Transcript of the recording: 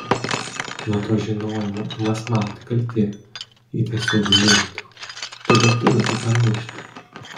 nuo to žinojimo ima smaugti kaltė ji tiesiog gniuždo todėl turiu tai pamiršti